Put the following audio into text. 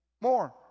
more